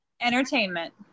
Entertainment